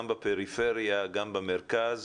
גם בפריפריה וגם במרכז,